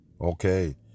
Okay